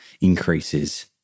increases